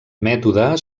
mètode